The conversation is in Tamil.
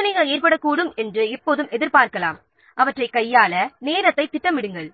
பிரச்சினைகள் ஏற்படக்கூடும் என்று எப்போதும் எதிர்பார்க்கலாம் அவற்றைக் கையாள நேரத்தைத் திட்டமிடுங்கள்